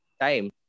time